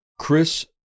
Chris